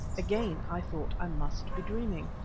again i thought i must be dreaming.